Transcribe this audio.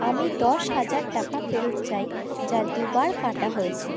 আমি দশ হাজার টাকা ফেরত চাই যা দুবার কাটা হয়েছে